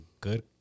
good